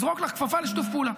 אזרוק לך כפפה לשיתוף פעולה,